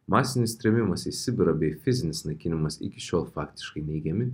masinis trėmimas į sibirą bei fizinis naikinimas iki šiol faktiškai neigiami